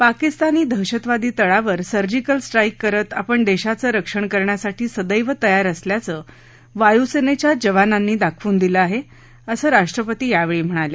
पाकिस्तानी दहशतवादी तळावर surgical strike करत आपण देशाचं रक्षण करण्यासाठी सदैव तयार असल्याचं वायुसेनेच्या जवानांनी दाखवून दिलं आहे असं राष्ट्रपती यावेळी म्हणाले